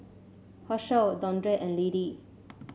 Hershell Dondre and Liddie